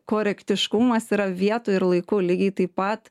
korektiškumas yra vietoj ir laiku lygiai taip pat